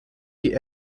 die